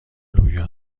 لوبیا